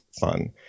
fun